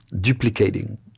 duplicating